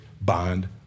bond